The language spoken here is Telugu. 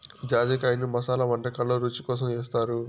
జాజికాయను మసాలా వంటకాలల్లో రుచి కోసం ఏస్తారు